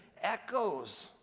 echoes